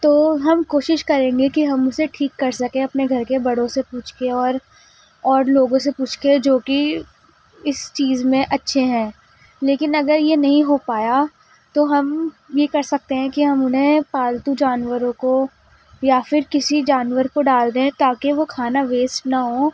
تو ہم کوشش کریں گے کہ ہم اسے ٹھیک کر سکیں اپنے گھر کے بڑوں سے پوچھ کے اور اور لوگوں سے پوچھ کے جو کہ اس چیز میں اچھے ہیں لیکن اگر یہ نہیں ہو پایا تو ہم یہ کر سکتے ہیں کہ ہم انہیں پالتو جانوروں کو یا پھر کسی جانور کو ڈال دیں تاکہ وہ کھانا ویسٹ نہ ہوں